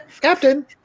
Captain